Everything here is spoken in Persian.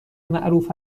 معروف